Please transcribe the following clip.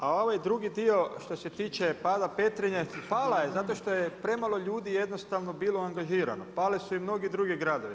A ovaj drugi dio što se tiče pada Petrinje, pala je zato što je premalo ljudi jednostavno bilo angažirano, pali su i mnogi drugi gradovi.